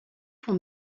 pour